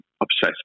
obsessed